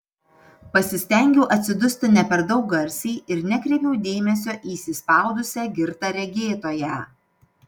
pasistengiau atsidusti ne per daug garsiai ir nekreipiau dėmesio į įsispaudusią girtą regėtoją